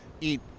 eat